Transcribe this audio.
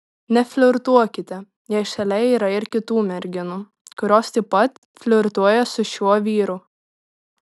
neflirtuokite jei šalia yra ir kitų merginų kurios taip pat flirtuoja su šiuo vyru